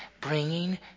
bringing